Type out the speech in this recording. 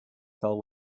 fell